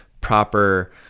proper